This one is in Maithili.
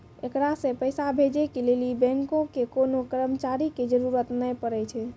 एकरा से पैसा भेजै के लेली बैंको के कोनो कर्मचारी के जरुरत नै पड़ै छै